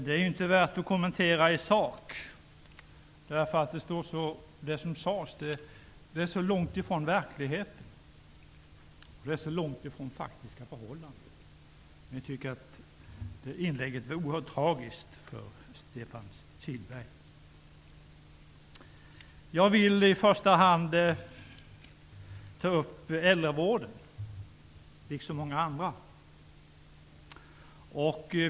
Det är inte värt att kommentera i sak, eftersom det som sades är så långt ifrån verkligheten och så långt ifrån faktiska förhållanden, men jag tycker att inlägget var oerhört tragiskt för Stefan Kihlberg. Jag vill i första hand ta upp äldrevården, liksom många andra.